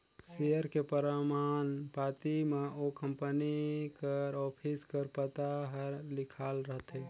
share के परमान पाती म ओ कंपनी कर ऑफिस कर पता हर लिखाल रहथे